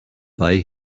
buy